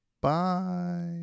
bye